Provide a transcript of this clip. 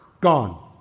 gone